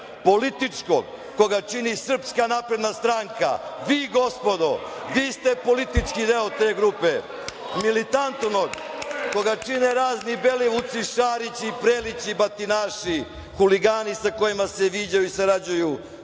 političkog, koga čini Srpska napredna stranka, gospodo, vi ste politički deo te grupe, militantnog, koga čine razni Belovuci, Šarići, Prelići i batinaši, huligani sa kojima se viđaju i sarađuju